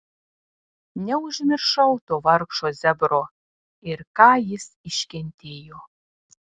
neužmiršau to vargšo zebro ir ką jis iškentėjo